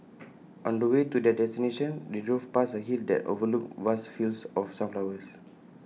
on the way to their destination they drove past A hill that overlooked vast fields of sunflowers